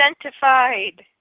identified